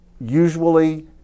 usually